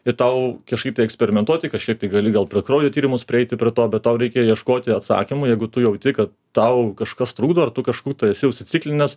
ir tau kažkaip tai eksperimentuoti kažkiek tai gali gal per kraujo tyrimus prieiti prie to bet tau reikia ieškoti atsakymo jeigu tu jauti kad tau kažkas trukdo ar tu kažkur tai esi užsiciklinęs